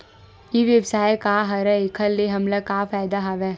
ई व्यवसाय का हरय एखर से हमला का फ़ायदा हवय?